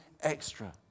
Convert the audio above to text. extra